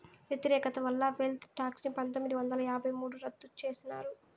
వ్యతిరేకత వల్ల wealth tax ని పందొమ్మిది వందల యాభై మూడుల రద్దు చేసినారు